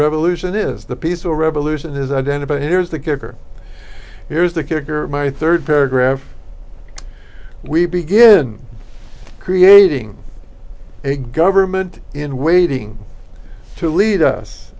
revolution is the peaceful revolution is identify here's the kicker here's the kicker my rd paragraph we begin creating a government in waiting to lead us